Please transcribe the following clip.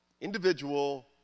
individual